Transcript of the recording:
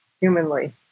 humanly